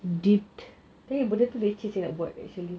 benda leceh saya nak buat actually